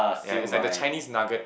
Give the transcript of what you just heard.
yea is like a Chinese nugget